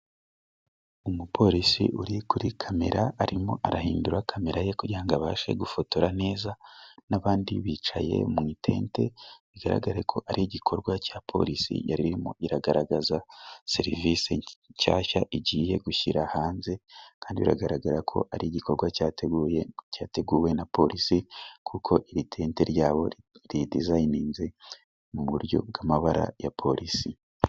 Umuporisi uri kuri kamera， arimo arahindura kamera ye kugira ngo abashe gufotora neza，n'abandi bicaye mu itente， bigaragare ko ari igikorwa cya porisi，yaririmo iragaragaza serivisi nshyashya igiye gushyira hanze， kandi biragaragara ko hari igikorwa cyateguwe na porisi， kuko iri tente ryabo ridizayininze mu buryo bw'amabara ya porisi.